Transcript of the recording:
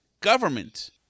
Government